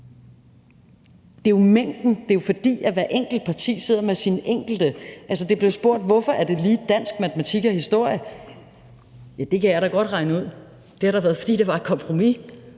Det er jo antallet. Det er jo, fordi hvert enkelt parti sidder med sine enkelte krav. Der blev spurgt: Hvorfor er det lige i dansk, matematik og historie? Ja, det kan jeg da godt regne ud. Det er da, fordi det var et kompromis,